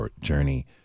journey